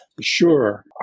Sure